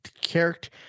character